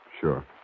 Sure